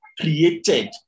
created